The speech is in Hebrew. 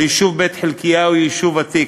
היישוב בית-חלקיה הוא יישוב ותיק.